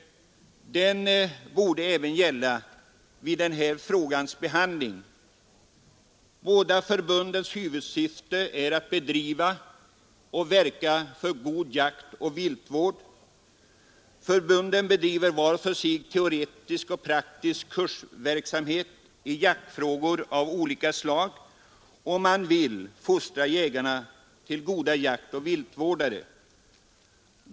Den borde också gälla vid den här frågans behandling. Båda förbundens huvudsyfte är att bedriva och verka för god jaktoch viltvård. Förbunden bedriver var för sig teoretisk och praktisk kursverksamhet i jaktfrågor av olika slag och vill fostra jägarna till goda jaktoch viltvårdare.